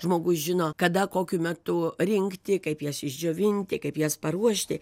žmogus žino kada kokiu metu rinkti kaip jas išdžiovinti kaip jas paruošti